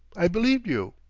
i believed you.